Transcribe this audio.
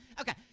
Okay